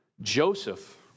Joseph